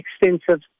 extensive